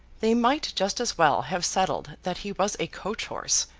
they might just as well have settled that he was a coach-horse,